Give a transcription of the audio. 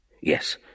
Yes